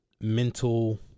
mental